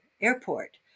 airport